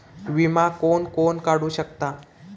विमा कोण कोण काढू शकता?